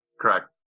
Correct